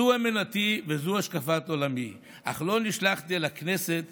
זו אמונתי וזו השקפת עולמי, אך לא נשלחתי אל הכנסת